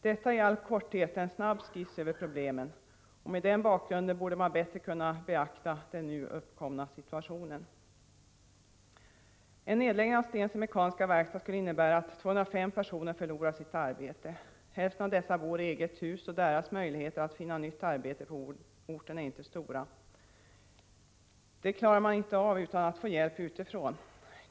Detta är i all korthet en skiss över problemen, och med den bakgrunden borde man bättre kunna beakta den nu uppkomna situationen. En nedläggning av Stensele Mekaniska Verkstad skulle innebära att 205 personer förlorar sitt arbete. Hälften av dessa bor i eget hus, och deras möjligheter att finna nytt arbete på orten är inte stora. De klarar inte av det utan att få hjälp utifrån.